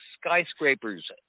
skyscrapers